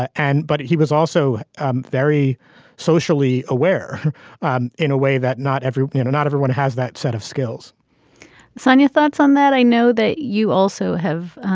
ah and but he was also um very socially aware um in a way that not everyone you know not everyone has that set of skills sonia thoughts on that i know that you also have